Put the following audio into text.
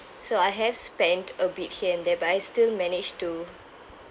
so I have spent a bit here and there but I still managed to